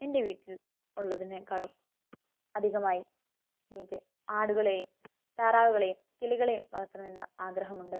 എന്റെ വീട്ടിൽ ഉള്ളതിനെക്കാളും അധികമായി എനിക്ക് ആടുകളെയും താറാവുകളെയും കിളികളെയും വളർത്തണമെന്ന ആഗ്രഹമുണ്ട്